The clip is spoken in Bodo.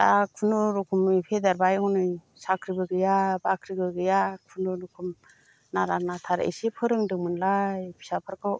दा खुनुरखमै फेदेरबाय हनै साख्रिबो गैया बाख्रिबो गैया खुनुरुखम नारा नाथार इसे फोरोदोंमोनलाय फिसाफोरखौ